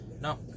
no